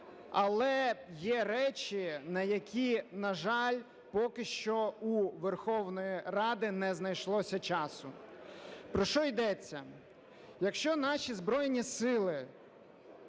Але є речі, на які, на жаль, поки що у Верховної Ради не знайшлося часу. Про що йдеться? Якщо наші Збройні Сили